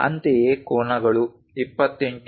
ಅಂತೆಯೇ ಕೋನಗಳು 28